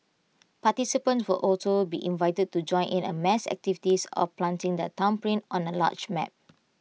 participants will also be invited to join in A mass activity of planting their thumbprint on A large map